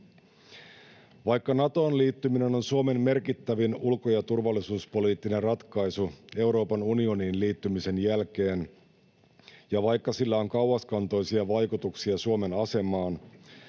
Vaikka Natoon liittyminen on Suomen merkittävin ulko- ja turvallisuuspoliittinen ratkaisu Euroopan unioniin liittymisen jälkeen ja vaikka sillä on kauaskantoisia vaikutuksia Suomen asemaan,